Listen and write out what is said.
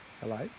hello